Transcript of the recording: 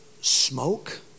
smoke